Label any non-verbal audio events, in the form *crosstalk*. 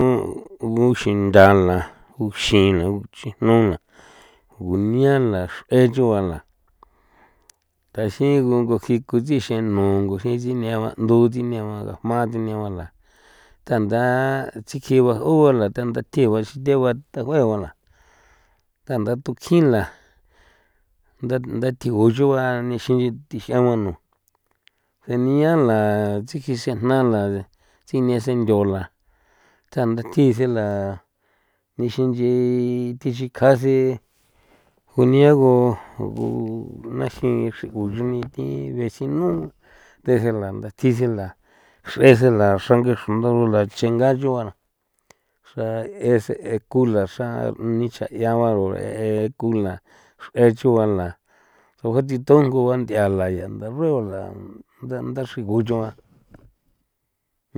*noise* nguxinda la guxina uchijno na gunia la x'e chu bala taxi gu nguji kutsi xino nguji tsinea ba ndu tsinea ba gajma tsinea ba la tanda tsikjiba ju'o bala tanda thjiba degua ta'ue bala tanda tukjin la nda nda thigu chua nixin tix'e uanu senia la tsikjixe jnala siniesen ntho la tanda thi sila nixin nchii tjixikasi gunia gu gu naxin xri guyuni thii vecinu thejela ndathisila xrue sela xrange xe ndula chinga yua ra xra ese ecula xra nichja yaguaro ecula xrechu bala eethito ngu nth'iala yanda ndaxrue bala nda ndaxrin guchuan. *noise*